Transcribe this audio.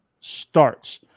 starts